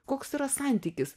koks yra santykis